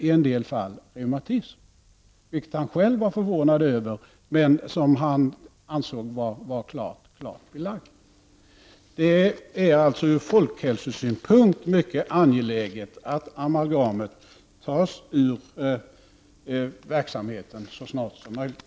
i en del fall, reumatism, vilket han själv var förvånad över men som han ansåg vara klart belagt. Det är alltså ur folkhälsosynpunkt mycket angeläget att amalgamet tas ur tandlagningsverksamheten så snart som möjligt.